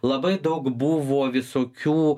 labai daug buvo visokių